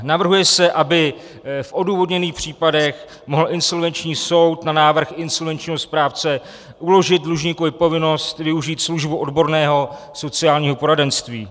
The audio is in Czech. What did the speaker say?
Navrhuje se, aby v odůvodněných případech mohl insolvenční soud na návrh insolvenčního správce uložit dlužníkovi povinnost využít službu odborného sociálního poradenství.